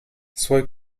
suoi